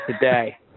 today